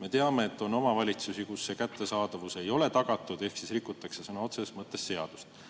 Me teame, et on omavalitsusi, kus see kättesaadavus ei ole tagatud ehk sõna otseses mõttes rikutakse seadust.